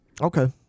okay